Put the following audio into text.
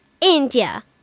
India